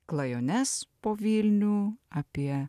klajones po vilnių apie